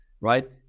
right